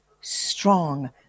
strong